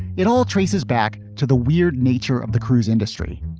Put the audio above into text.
it all traces back to the weird nature of the cruise industry.